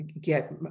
get